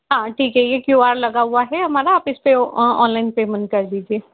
हाँ ठीक है ये क्यू आर लगा हुआ है हमारा आप इस पे ऑनलाइन पेमेंट कर दीजिये